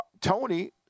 Tony